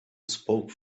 spoke